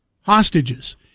hostages